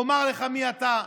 ואומר לך מי אתה,